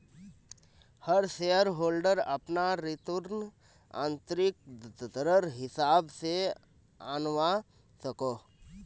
हर shareholder अपना return आंतरिक दरर हिसाब से आंनवा सकोह